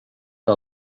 que